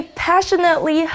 passionately